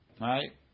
Right